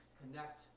connect